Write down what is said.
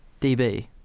db